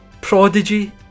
Prodigy